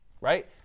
right